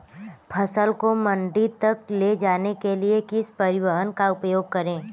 फसल को मंडी तक ले जाने के लिए किस परिवहन का उपयोग करें?